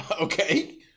Okay